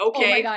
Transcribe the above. Okay